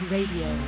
Radio